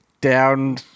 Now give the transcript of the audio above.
down